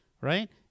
right